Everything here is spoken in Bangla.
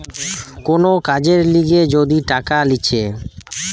কোন কাজের লিগে যদি টাকা লিছে